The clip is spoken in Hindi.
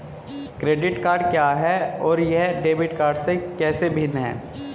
क्रेडिट कार्ड क्या है और यह डेबिट कार्ड से कैसे भिन्न है?